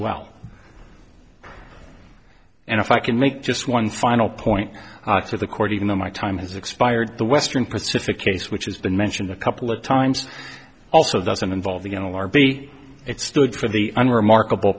well and if i can make just one final point to the court even though my time has expired the western pacific case which has been mentioned a couple of times also doesn't involve going to larby it stood for the unremarkable